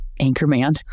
Anchorman